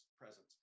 presence